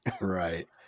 Right